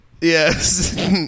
Yes